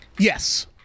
Yes